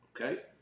Okay